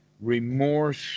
remorse